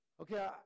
okay